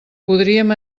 podríem